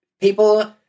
people –